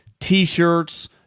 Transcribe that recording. T-shirts